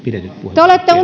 te olette